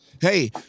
Hey